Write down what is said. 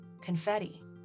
confetti